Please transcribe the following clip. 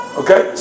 okay